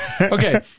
Okay